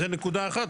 זאת נקודה אחת.